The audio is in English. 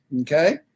okay